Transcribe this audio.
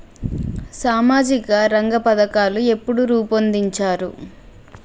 సామాజిక రంగ పథకాలు ఎప్పుడు రూపొందించారు?